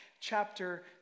chapter